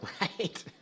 right